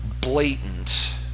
blatant